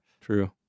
True